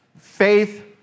faith